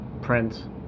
Prince